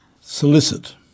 Solicit